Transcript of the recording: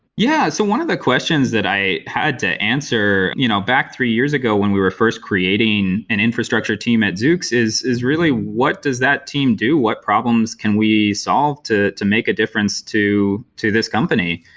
yeah! so one of the questions that i had to answer you know back three years ago when we were first creating an infrastructure team at zoox is is really what does that team do. what problems can we solve to to make a difference to to this company?